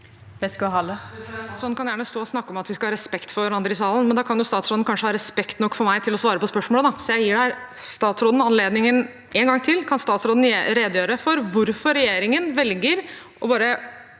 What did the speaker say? Statsråden kan gjerne stå og snakke om at vi skal ha respekt for hverandre i salen, men da kan statsråden kanskje ha respekt nok for meg til å svare på spørsmålet. Jeg gir statsråden anledningen en gang til: Kan statsråden redegjøre for hvorfor regjeringen velger bare